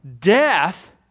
Death